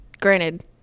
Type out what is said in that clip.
Granted